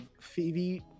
phoebe